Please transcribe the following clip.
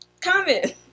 Comment